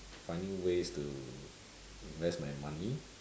finding ways to invest my money